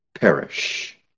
perish